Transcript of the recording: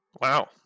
Wow